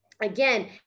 Again